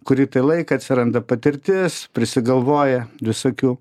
kurį tai laiką atsiranda patirtis prisigalvoji visokių